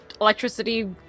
Electricity